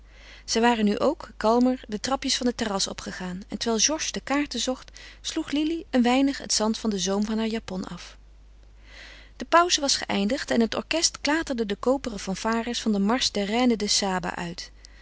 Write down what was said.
zij waren nu ook kalmer de trapjes van het terras opgegaan en terwijl georges de kaarten zocht sloeg lili een weinig het zand van den zoom van haar japon af de pauze was geëindigd en het orkest klaterde de koperen fanfares van den marsch der reine de saba uit